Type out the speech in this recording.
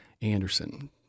Anderson